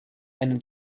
einen